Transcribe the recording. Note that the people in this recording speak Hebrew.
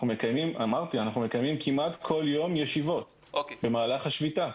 אמרתי שאנחנו מקיימים כמעט כל יום ישיבות במהלך השביתה.